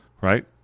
Right